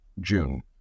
June